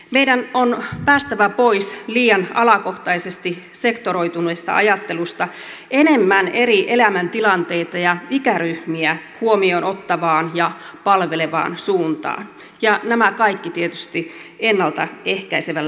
meidän on päästävä pois liian alakohtaisesti sektoroituneesta ajattelusta enemmän eri elämäntilanteita ja ikäryhmiä huomioon ottavaan ja palvelevaan suuntaan ja nämä kaikki tietysti ennalta ehkäisevällä otteella